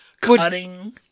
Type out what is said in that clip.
cutting